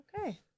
Okay